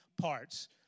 parts